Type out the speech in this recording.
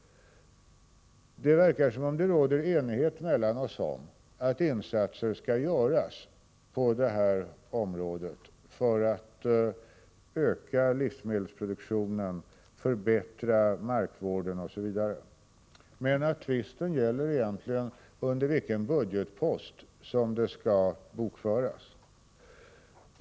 Det verkar som om det råder enighet oss emellan om att insatser skall göras på detta område för att öka livsmedelsproduktionen, förbättra markvården, osv. Tvisten gäller egentligen under vilken budgetpost detta skall bokföras.